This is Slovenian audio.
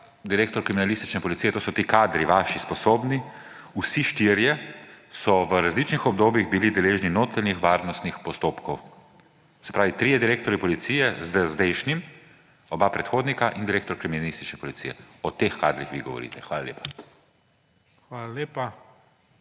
direktor Uprave kriminalistične policije, to so ti kadri, vaši, sposobni, vsi štirje so v različnih obdobjih bili deležni notranjih varnostnih postopkov. Se pravi, trije direktorji policije z zdajšnjim, oba predhodnika, in direktor Uprave kriminalistične policije, o teh kadrih vi govorite. Hvala lepa.